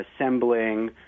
assembling